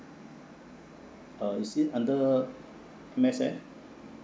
uh is it under M_S_F